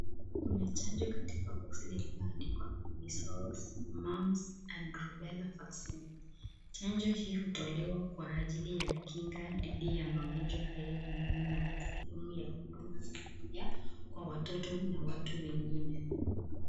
Kuna chanjo katika boksi lililoandikwa measles, mumps and rubella vaccine . Chanjo hii hutolewa kwa ajili ya kinga dhidi ya magonjwa hayo muhimu na ni sehemu ya huduma za afya kwa watoto na watu wengine.